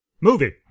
Movie